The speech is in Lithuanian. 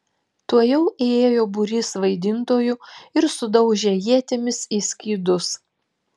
tuojau įėjo būrys vaidintojų ir sudaužė ietimis į skydus